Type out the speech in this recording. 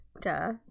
Duh